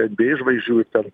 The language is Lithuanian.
nba žvaigždžių ir ten